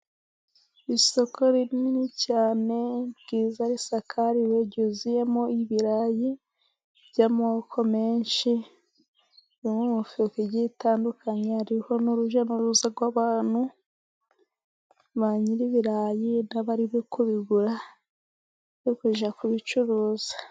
Isoko rinini cyane ryiza risakariye ryuzuyemo ibirayi by'amoko menshi, biri mu mifuka igiye itandukanye, hariho n'urujya n'uruza rw'abantu, ba nyiribirayi n'abarimo kubigura bo kuja kubicuruza.